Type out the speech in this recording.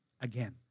again